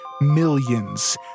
millions